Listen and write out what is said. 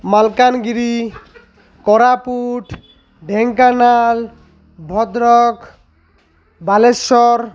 Malkangiri Koraput Dhenkanal Bhadrak Baleswar